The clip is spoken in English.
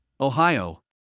Ohio